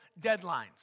deadlines